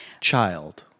child